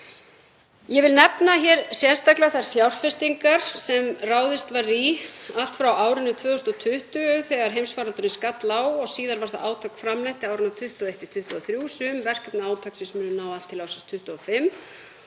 Ég vil nefna sérstaklega þær fjárfestingar sem ráðist var í allt frá árinu 2020 þegar heimsfaraldurinn skall á og síðar var það átak framlengt á árunum 2021–2023. Sum verkefni átaksins ná allt til ársins 2025